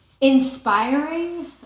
Inspiring